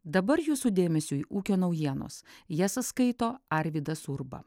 dabar jūsų dėmesiui ūkio naujienos jas skaito arvydas urba